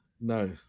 no